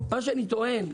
אני טוען,